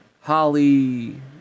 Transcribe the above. Holly